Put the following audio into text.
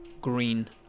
green